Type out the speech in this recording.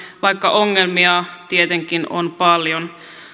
vaikka ongelmia tietenkin on paljon